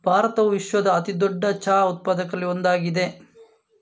ಭಾರತವು ವಿಶ್ವದ ಅತಿ ದೊಡ್ಡ ಚಹಾ ಉತ್ಪಾದಕರಲ್ಲಿ ಒಂದಾಗಿದೆ